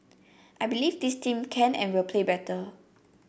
I believe this team can and will play better